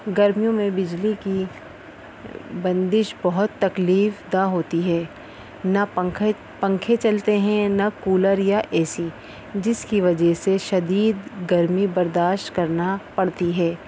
گرمیوں میں بجلی کی بندش بہت تکلیف دہ ہوتی ہے نہ پنکھے پنکھے چلتے ہیں نہ کولر یا اے سی جس کی وجہ سے شدید گرمی برداشت کرنا پڑتی ہے